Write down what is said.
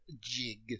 jig